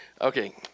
Okay